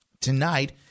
Tonight